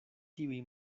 tiuj